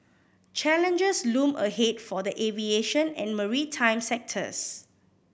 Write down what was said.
challenges loom ahead for the aviation and maritime sectors